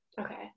Okay